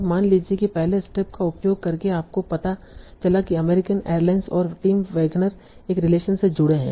अब मान लीजिए कि पहले स्टेप का उपयोग करके आपको पता चला कि अमेरिकन एयरलाइंस और टिम वैगनर एक रिलेशन से जुड़े हैं